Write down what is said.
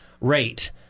rate